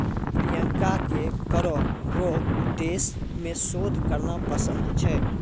प्रियंका के करो रो उद्देश्य मे शोध करना पसंद छै